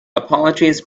apologies